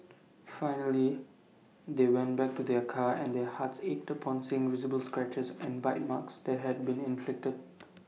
finally they went back to their car and their hearts ached upon seeing visible scratches and bite marks that had been inflicted